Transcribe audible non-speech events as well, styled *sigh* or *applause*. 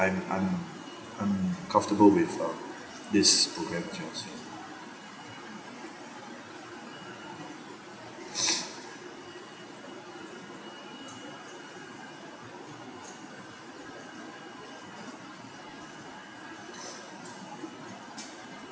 I'm I'm I'm comfortable with uh this programme as you all said *breath*